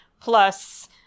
plus